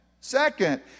Second